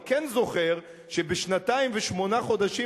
אני כן זוכר שבשנתיים ושמונה חודשים,